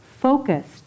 focused